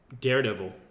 Daredevil